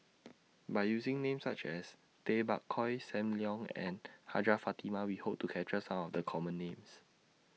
By using Names such as Tay Bak Koi SAM Leong and Hajjah Fatimah We Hope to capture Some of The Common Names